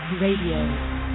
RADIO